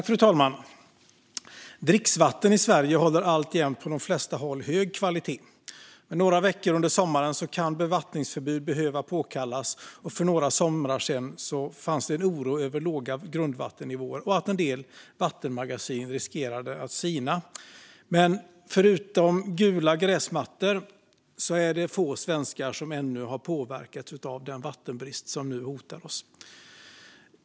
Fru talman! Dricksvattnet i Sverige håller alltjämt hög kvalitet på de flesta håll. Under några veckor på sommaren kan bevattningsförbud behöva påkallas, och för några somrar sedan fanns det en oro över låga grundvattennivåer och att en del vattenmagasin riskerade att sina. Men utöver att få gula gräsmattor är det få svenskar som ännu har påverkats av den vattenbrist som nu hotar oss.